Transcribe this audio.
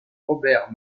robert